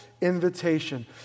invitation